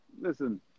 Listen